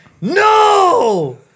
no